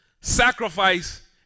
sacrifice